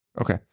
Okay